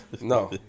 No